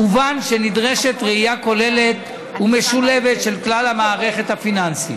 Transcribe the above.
הובן שנדרשת ראייה כוללת ומשולבת של כלל המערכת הפיננסית.